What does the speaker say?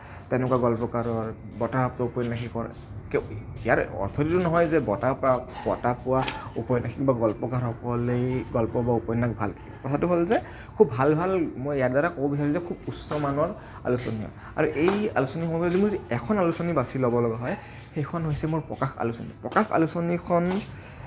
তেনেকুৱা গল্পকাৰৰ ঔপন্যাসিকৰ ইয়াৰ অৰ্থটো এইটো নহয় যে বঁটা পোৱা বঁটা পোৱা ঔপন্যাসিক বা গল্পকাৰসকলেই গল্প বা উপন্যাস ভালকে কথাটো হ'ল যে খুব ভাল ভাল মই ইয়াৰ দ্বাৰা ক'ব বিচাৰিছোঁ যে খুব উচ্চমানৰ আলোচনী হয় আৰু এই আলোচনীসমূহৰ যদি এখন আলোচনী বাচি ল'বলগা হয় সেইখন হৈছে মোৰ প্ৰকাশ আলোচনী প্ৰকাশ আলোচনীখন